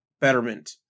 betterment